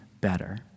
better